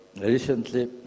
recently